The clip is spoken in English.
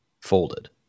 folded